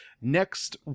next